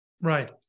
Right